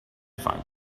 find